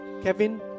Kevin